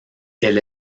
elle